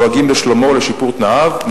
דואגים לשלומו ולשיפור תנאיו,